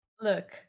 look